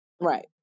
Right